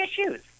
issues